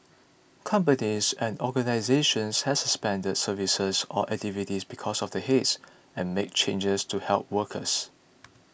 companies and organisations has suspended services or activities because of the haze and made changes to help workers